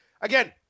again